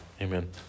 amen